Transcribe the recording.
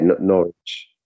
Norwich